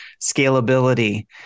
scalability